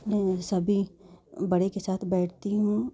अपने सभी बड़े के साथ बैठती हूँ